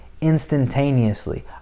instantaneously